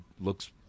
looks